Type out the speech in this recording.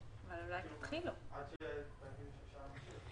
אני חושב שאנחנו חייבים לפתור את הסוגיה של הרטרואקטיביות.